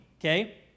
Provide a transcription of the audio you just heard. okay